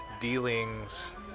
dealings